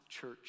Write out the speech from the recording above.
Church